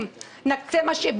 אני אוציא אותך.